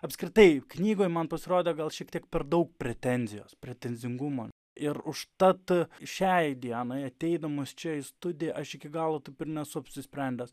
apskritai knygoje man pasirodė gal šiek tiek per daug pretenzijos pretenzingumo ir užtat šiai dienai ateidamas čia į studiją aš iki galo taip ir nesu apsisprendęs